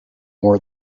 more